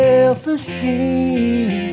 Self-esteem